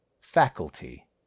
faculty